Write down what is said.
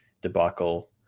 debacle